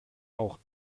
auch